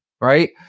right